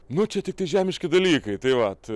nu čia tiktai žemiški dalykai tai vat